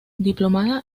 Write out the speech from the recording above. diplomada